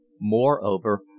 Moreover